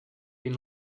been